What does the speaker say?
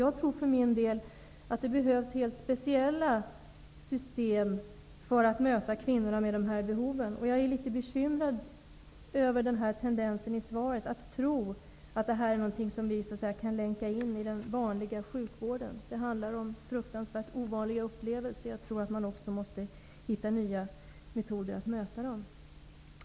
Jag tror för min del att det behövs helt speciella system för att möta kvinnor med sådana här behov, och jag är litet bekymrad över att kulturministern enligt svaret tycks tro att detta är något som vi kan länka in i den vanliga sjukvården. Det handlar om fruktansvärt ovanliga upplevelser, och jag tror att man också måste hitta nya metoder att möta dem.